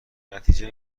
نتیجه